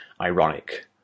ironic